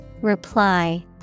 Reply